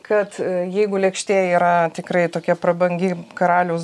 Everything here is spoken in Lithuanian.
kad jeigu lėkštė yra tikrai tokia prabangi karaliaus